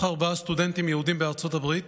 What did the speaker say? ארבעה סטודנטים יהודים בארצות הברית